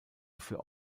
für